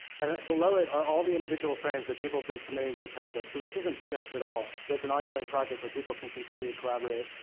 and below it are all the individual frames that people have been submitting to the project. so this isn't finished at all, but it's an ongoing project where people can continue to collaborate.